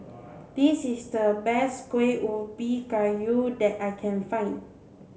this is the best Kueh Ubi Kayu that I can find